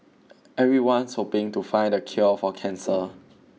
everyone's hoping to find the cure for cancer